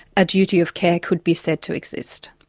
a duty of care could be said to exist.